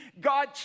God